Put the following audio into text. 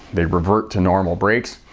they revert to normal brakes.